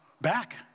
back